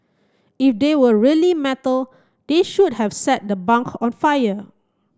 if they were really metal they should have set the bunk on fire